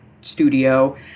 studio